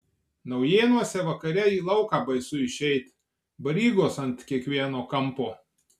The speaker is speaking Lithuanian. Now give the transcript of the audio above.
naujėnuose vakare į lauką baisu išeit barygos ant kiekvieno kampo